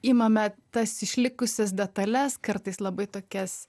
imame tas išlikusias detales kartais labai tokias